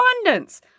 abundance